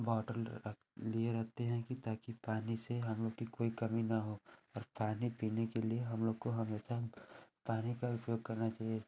bottle रख लिए रहते हैं कि ताकि पानी से हम लोग की कोई कमी न हो और पानी पीने के लिए हमलोग को हमेशा पानी का ही उपयोग करना चाहिए